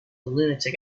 lunatic